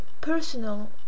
personal